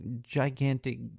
gigantic